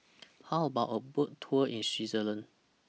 How about A Boat Tour in Switzerland